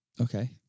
Okay